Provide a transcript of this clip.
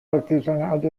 artigianali